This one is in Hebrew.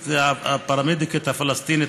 הפרמדיקית הפלסטינית,